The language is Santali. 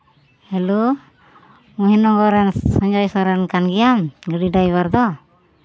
ᱦᱮᱞᱳ ᱢᱚᱦᱤᱱᱚᱜᱚᱨ ᱨᱮᱱ ᱥᱚᱧᱡᱚᱭ ᱥᱚᱨᱮᱱ ᱠᱟᱱ ᱜᱮᱭᱟᱢ ᱜᱟᱹᱰᱤ ᱰᱟᱭᱵᱷᱟᱨ ᱫᱚ